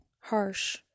harsh